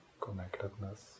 connectedness